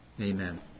Amen